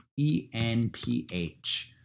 ENPH